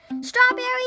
Strawberry